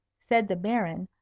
said the baron,